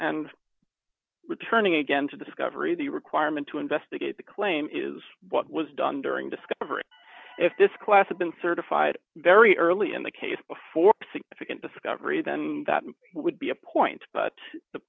and returning again to discovery the requirement to investigate the claim is what was done during discovery if this class had been certified very early in the case before discovery then that would be a point but the